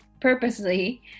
purposely